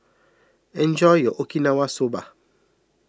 enjoy your Okinawa Soba